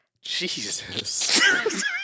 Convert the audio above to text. Jesus